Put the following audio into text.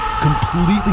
completely